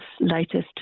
latest